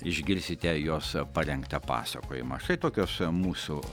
išgirsite jos parengtą pasakojimą štai tokios mūsų